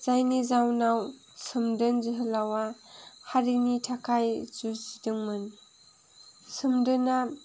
जायनि जाहोनाव सोमदोन जोहोलावआ हारिनि थाखाय जुजिदोंमोन सोमदोनआ